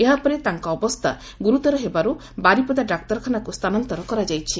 ଏହାପରେ ତାଙ୍କ ଅବସ୍ଥା ଗୁରୁତର ହେବାରୁ ବାରିପଦା ଡାକ୍ତରଖାନାକୁ ସ୍ଥାନାନ୍ତର କରାଯାଇଛି